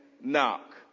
knock